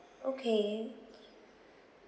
okay